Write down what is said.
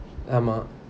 ஆமா:ama